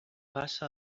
passa